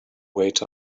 wait